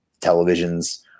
Televisions